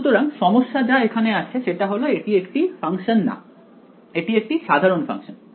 সুতরাং সমস্যা যা আছে সেটা হল এখানে এটি একটি ফাংশন না এটি একটি সাধারণ ফাংশন